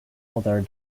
other